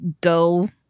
go